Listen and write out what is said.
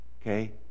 okay